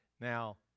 Now